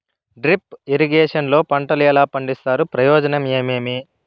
Drip irrigation లో పంటలు ఎలా పండిస్తారు ప్రయోజనం ఏమేమి?